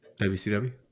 WCW